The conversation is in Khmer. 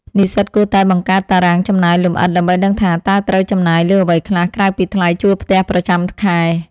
និស្សិតគួរតែបង្កើតតារាងចំណាយលម្អិតដើម្បីដឹងថាតើត្រូវចំណាយលើអ្វីខ្លះក្រៅពីថ្លៃជួលផ្ទះប្រចាំខែ។